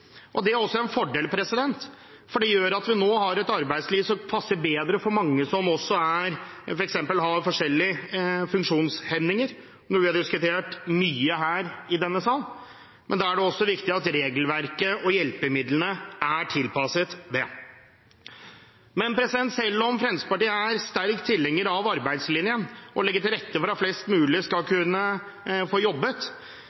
og det er også en fordel, for det gjør at vi nå har et arbeidsliv som passer bedre for mange som f.eks. har forskjellige funksjonshemninger, noe vi har diskutert mye her i denne sal. Men da er det også viktig at regelverket og hjelpemidlene er tilpasset det. Men selv om Fremskrittspartiet er sterk tilhenger av arbeidslinjen og å legge til rette for at flest mulig skal